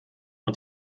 und